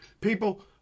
People